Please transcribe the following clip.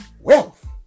wealth